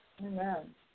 Amen